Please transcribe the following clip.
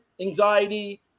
anxiety